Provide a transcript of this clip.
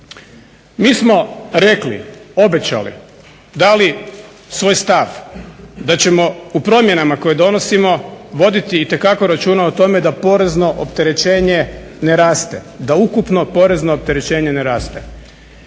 Mi smo rekli, obećali, dali svoj stav da ćemo u promjenama koje donosimo voditi itekako računa o tome da porezno opterećenje ne raste, da ukupno porezno opterećenje ne raste.